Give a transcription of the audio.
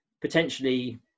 potentially